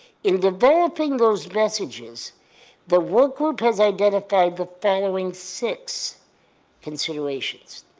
in developing those messages the workgroup has identified the following six considerations.